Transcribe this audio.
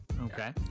okay